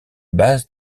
base